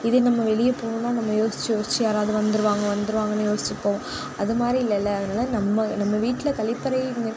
இதே நம்ம வெளியே போணும்னா நம்ம யோசிச்சு யோசிச்சு யாராவது வந்திருவாங்க வந்திருவாங்கன்னு யோசிச்சு போவோம் அதுமாதிரி இல்லைல அதனால் நம்ம நம்ம வீட்ல கழிப்பறை